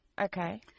Okay